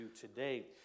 today